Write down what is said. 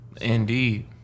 Indeed